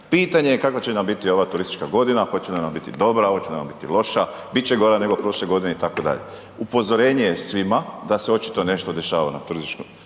pitanje je kakva će nam biti ova turistička godina, hoće li nam biti dobra, hoće li nam biti dobra, hoće li nam biti loša, bit će gora nego prošle godine itd. Upozorenje je svima da se očito nešto dešava na turističkom